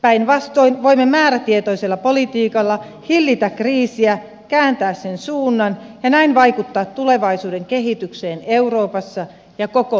päinvastoin voimme määrätietoisella politiikalla hillitä kriisiä kääntää sen suunnan ja näin vaikuttaa tulevaisuuden kehitykseen euroopassa ja koko maailmassa